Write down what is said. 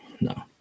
no